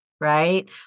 right